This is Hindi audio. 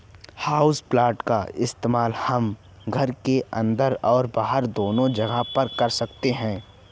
हाउसप्लांट का इस्तेमाल हम घर के अंदर और बाहर दोनों जगह कर सकते हैं